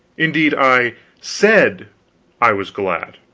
indeed, i said i was glad.